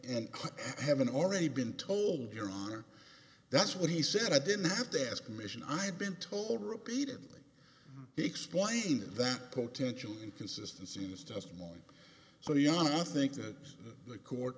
and haven't already been told your honor that's what he said i didn't have to ask mission i've been told repeatedly he explained that potentially consistencies doesn't want so young i think that the court